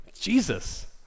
Jesus